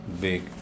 big